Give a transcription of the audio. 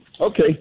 Okay